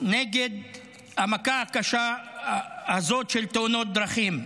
נגד המכה הקשה של תאונות הדרכים.